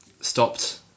Stopped